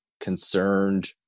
concerned